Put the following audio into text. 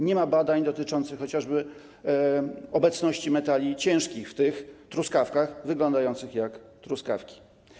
Nie ma badań dotyczących chociażby obecności metali ciężkich w tych truskawkach wyglądających jak truskawki.